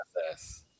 process